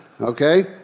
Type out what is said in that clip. Okay